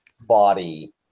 body